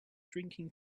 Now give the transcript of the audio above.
drinking